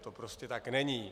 To prostě tak není!